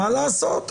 מה לעשות,